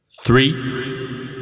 Three